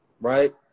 right